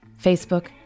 Facebook